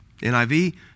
NIV